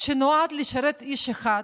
שנועד לשרת איש אחד,